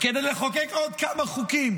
כדי לחוקק עוד כמה חוקים,